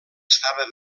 estava